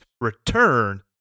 return